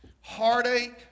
heartache